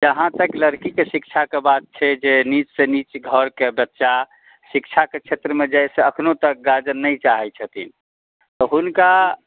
जँहातक लड़की के शिक्षा के बात छै जे नीक सॅं नीक घर के बच्चा शिक्षा के क्षेत्र मे जाइ से अखनो तक गार्जियन नहि चाहै छथिन हुनका